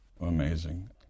Amazing